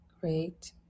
great